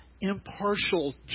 impartial